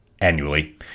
annually